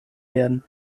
werden